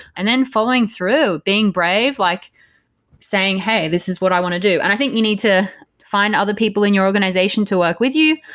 and then following through, being brave like saying, hey, this is what i want to do. and i think you need to find other people in your organization to work with you.